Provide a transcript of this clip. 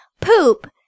poop